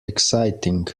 exciting